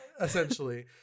essentially